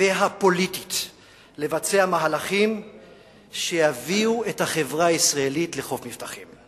והפוליטית לבצע מהלכים שיביאו את החברה הישראלית לחוף מבטחים.